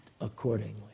accordingly